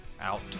out